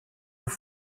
your